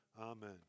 amen